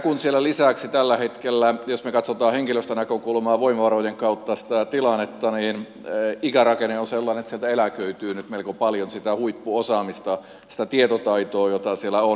siellä lisäksi tällä hetkellä jos me katsomme henkilöstönäkökulmaa voimavarojen kautta sitä tilannetta ikärakenne on sellainen että sieltä eläköityy nyt melko paljon sitä huippuosaamista sitä tietotaitoa jota siellä on